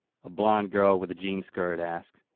a blonde girl with a jean skirt asked.